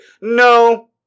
No